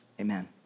Amen